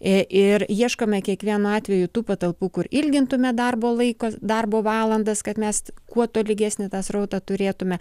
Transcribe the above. ir ieškome kiekvienu atveju tų patalpų kur ilgintumėme darbo laiko darbo valandas kad mesti kuo tolygesnį tą srautą turėtumėme